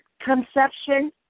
conception